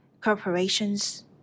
corporations